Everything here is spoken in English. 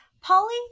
Polly